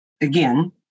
again